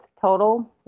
total